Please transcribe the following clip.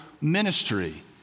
ministry